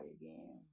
again